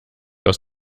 aus